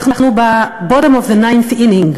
אנחנו ב-bottom of the ninth inning"".